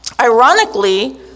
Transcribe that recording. Ironically